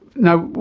now,